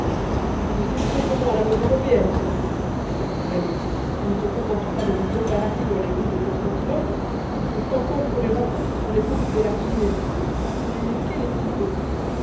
un de ces ottomans à la mode européenne sans doute vraiment ils ne se contentent pas de vous embarrasser dans les rues de constantinople il faut encore qu'on les rencontre sur les routes de la crimée et quel est-il